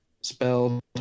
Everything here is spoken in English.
Spelled